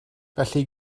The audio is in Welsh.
felly